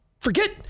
forget